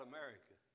America